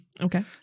Okay